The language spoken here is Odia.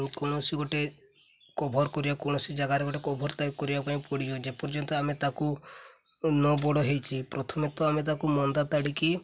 କୌଣସି ଗୋଟେ କଭର୍ କରିବା କୌଣସି ଜାଗାରେ ଗୋଟେ କଭର୍ ତା କରିବା ପାଇଁ ପଡ଼ିବ ଯେପର୍ଯ୍ୟନ୍ତ ଆମେ ତାକୁ ନ ବଡ଼ ହେଇଛି ପ୍ରଥମେ ତ ଆମେ ତାକୁ ମନ୍ଦା ତାଡ଼ିକି